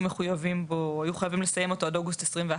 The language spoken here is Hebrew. חייבים לסיים אותו עד אוגוסט 2021,